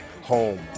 home